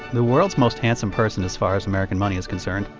the world's most handsome person as far as american money is concerned,